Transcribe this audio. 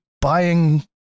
buying